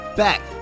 back